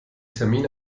termin